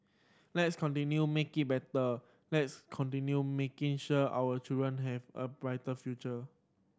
let's continue making it better let's continue making sure our children have a bright future